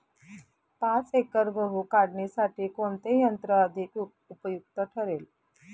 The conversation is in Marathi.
पाच एकर गहू काढणीसाठी कोणते यंत्र अधिक उपयुक्त ठरेल?